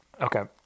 Okay